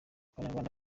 abanyarwanda